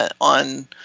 on